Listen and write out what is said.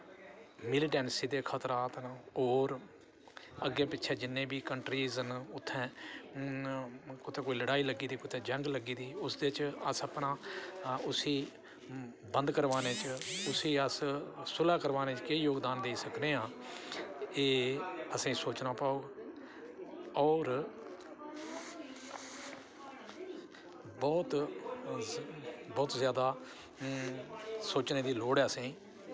militancy ते खतरा होर अग्गें पिच्छें जिन्ने बी कंट्रीस न उत्थैं उत्थै कोई लड़ाई लग्गी दी कोई जंग लग्गी दी उसदे च अस अपना उसी बंद करवाने च उसी अस सुलह् करवाने च केह् जोगदान देई सकने आं एह् असेंगी सोचना पौह्ग होर बोह्त बोह्त जादा सोचने दी लोड़ ऐ असेंगी